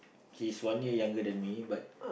okay he's one year younger than me but